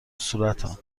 صورتم